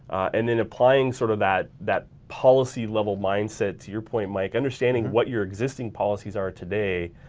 and then applying sort of that that policy-level mindset to your point mike, understanding what your existing policies are today.